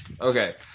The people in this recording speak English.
okay